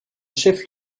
chef